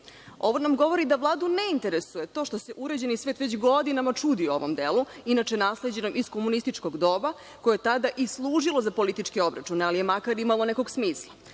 Ovo nam govori da Vladu ne interesuje to što se uređeni svet već godinama čudi ovom delu inače nasleđenom iz komunističkog doba, koje je tada i služilo za političke obračune, ali je makar imalo nekog smisla.